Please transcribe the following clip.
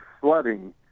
flooding